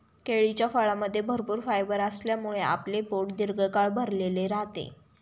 केळीच्या फळामध्ये भरपूर फायबर असल्यामुळे आपले पोट दीर्घकाळ भरलेले राहते